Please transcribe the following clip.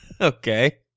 Okay